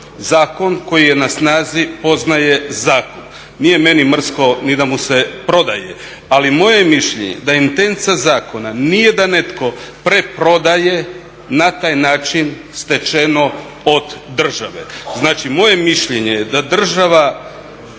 Zakon koji je na snazi poznaje zakon. Nije meni mrsko ni da mu se prodaje, ali moje je mišljenje da intenca zakona nije da netko preprodaje na taj način stečeno od države, znači moje mišljenje je da je država